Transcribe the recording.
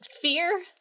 fear